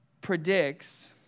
predicts